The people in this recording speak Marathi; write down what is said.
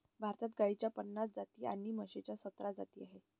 भारतात गाईच्या पन्नास जाती आणि म्हशीच्या सतरा जाती आहेत